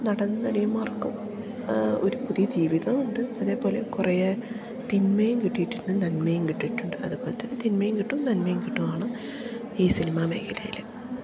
നടൻ നടിമാർക്കോ ഒരു പുതിയ ജീവിതമുണ്ട് അതേപോലെ കുറേ തിന്മയും കിട്ടിയിട്ടുണ്ട് നന്മയും കിട്ടിയിട്ടുണ്ട് അതുപോലെ തന്നെ തിന്മയും കിട്ടും നന്മയും കിട്ടുകയാണ് ഈ സിനിമ മേഖലയിൽ